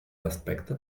aspecte